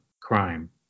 crime